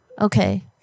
okay